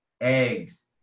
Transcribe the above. eggs